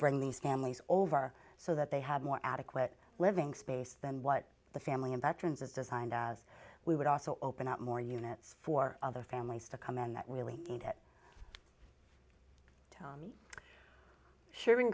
bring these families over so that they have more adequate living space than what the family of veterans is designed as we would also open up more units for other families to come in that we really need it tommy sh